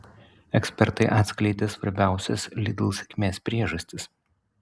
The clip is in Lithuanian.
ekspertai atskleidė svarbiausias lidl sėkmės priežastis